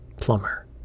plumber